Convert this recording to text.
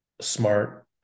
smart